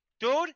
Dude